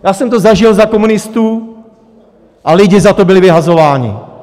Já jsem to zažil za komunistů a lidé za to byli vyhazováni.